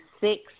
six